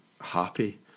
happy